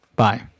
Bye